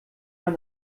man